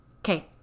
Okay